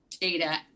data